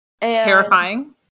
terrifying